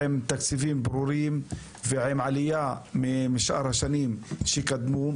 עם תקציבים ברורים ועם עלייה מהשנים הקודמות,